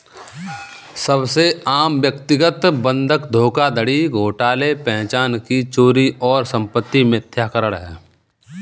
सबसे आम व्यक्तिगत बंधक धोखाधड़ी घोटाले पहचान की चोरी और संपत्ति मिथ्याकरण है